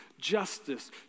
justice